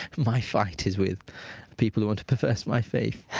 my fight is with people who want to perverse my faith